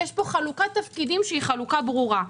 יש פה חלוקת תפקידים שהיא ברורה.